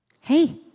Hey